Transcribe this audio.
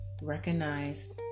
recognize